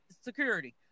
security